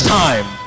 time